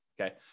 okay